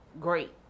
great